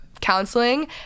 counseling